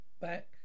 back